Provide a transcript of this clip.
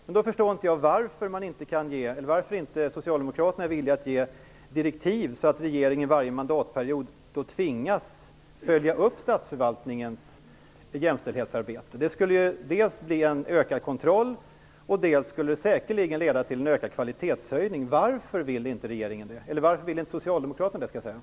Men jag förstår inte varför Socialdemokraterna inte är villiga att ge direktiv, så att regeringen varje mandatperiod tvingas följa upp statsförvaltningens jämställdhetsarbete. Det skulle dels ge ökad kontroll, dels säkerligen leda till ökad kvalitet. Varför vill inte Socialdemokraterna det?